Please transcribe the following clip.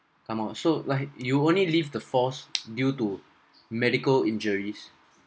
come out so like you only leave the force due to medical injuries